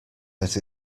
that